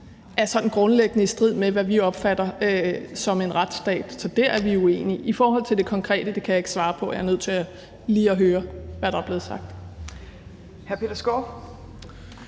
kraft, grundlæggende er i strid med, hvad vi opfatter som en retsstat. Så der er vi uenige. I forhold til det konkrete vil jeg sige, at det kan jeg ikke svare på, for jeg er nødt til lige at høre, hvad der er blevet sagt.